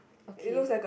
okay